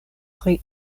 pri